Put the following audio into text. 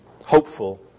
hopeful